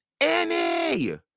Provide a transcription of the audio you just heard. Annie